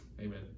Amen